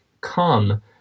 come